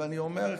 ואני אומר,